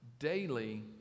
Daily